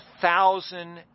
thousand